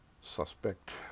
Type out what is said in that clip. suspect